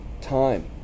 time